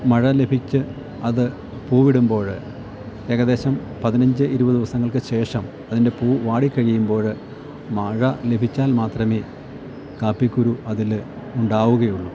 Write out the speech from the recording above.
മഴ ലഭിച്ച് അത് പൂവിടുമ്പോഴ് ഏകദേശം പതിനഞ്ച് ഇരുപത് ദിവസങ്ങൾക്ക് ശേഷം അതിൻ്റെ പൂ വാടി കഴിയുമ്പോഴ് മഴ ലഭിച്ചാൽ മാത്രമേ കാപ്പിക്കുരു അതിൽ ഉണ്ടാവുകയുള്ളൂ